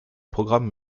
programme